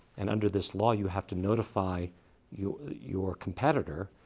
and under this law you have to notify your your competitor,